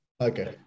okay